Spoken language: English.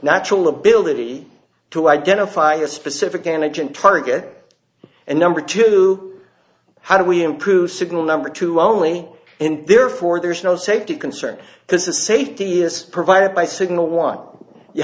natural ability to identify a specific antigen target and number two how do we improve signal number two only and therefore there's no safety concern this is safety is provided by signal one you